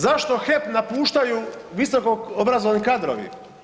Zašto HEP napuštaju visoko obrazovani kadrovi?